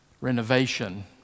renovation